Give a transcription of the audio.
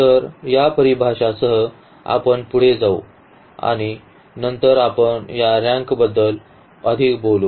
तर या परिभाषासह आपण पुढे जाऊ आणि नंतर आपण या रँकबद्दल अधिक बोलू